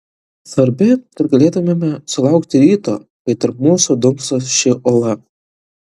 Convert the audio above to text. svarbi kad galėtumėme sulaukti ryto kai tarp mūsų dunkso ši uola